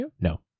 No